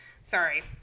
sorry